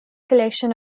collection